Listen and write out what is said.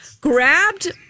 grabbed